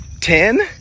Ten